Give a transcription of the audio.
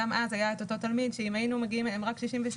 גם אז היה את אותו תלמיד שאם היינו מגיעים רק ל-67